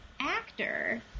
actor